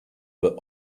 but